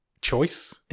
choice